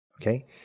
Okay